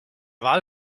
wahl